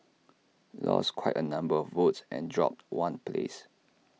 lost quite A number of votes and dropped one place